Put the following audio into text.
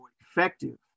effective